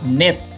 net